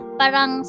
parang